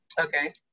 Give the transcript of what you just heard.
Okay